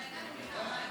רגע, אני בלי נעליים.